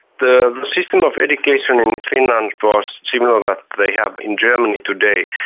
the system of education in finland was similar that they have in germany today,